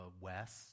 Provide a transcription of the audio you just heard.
West